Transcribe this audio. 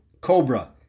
Cobra